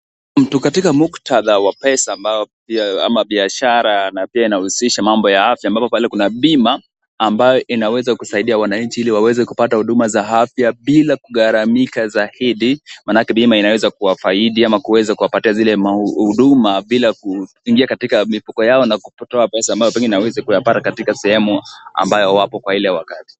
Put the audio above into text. Muktadha wa pesa ambao ,ama biashara na pia inahusisha mambo ya afya ambapo kuna bima ambayo inaweza kusaidia wananchi ili waweze kupata huduma za afya bila kugharamika zaidi maanake bima inaweza kuwafaidi ama kuweza kuwapatia zile mahuduma bila kuingia katika mifuko yao na kutoa pesa ambao pengine hawawezi kuyapata katika sehemu ambayo wapo kwa Ile wakati.